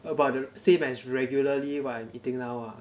about the same as regularly what I'm eating now lah